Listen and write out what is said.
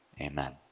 Amen